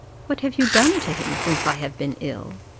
what have you done to him since i have been ill?